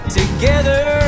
together